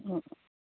ꯎꯝ